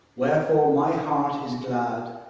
therefore my heart is glad,